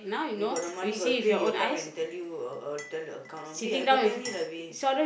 he got the money he got the pay he will come and tell you uh uh tell you account B pekan ini lah B